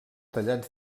tallats